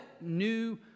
new